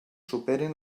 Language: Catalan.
superin